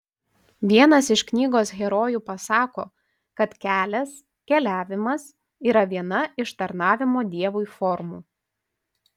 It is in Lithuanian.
vienas iš knygos herojų pasako kad kelias keliavimas yra viena iš tarnavimo dievui formų